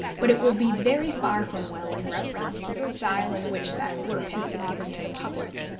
but it will be very far from well in reference to the style in which that work has been given to the public.